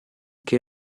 che